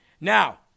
Now